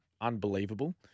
Unbelievable